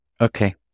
Okay